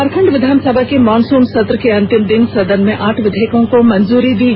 झारखंड विधानसभा के मॉनसून सत्र के अंतिम दिन सदन ने आठ विधेयकों को मंजूरी प्रदान कर दी